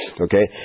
Okay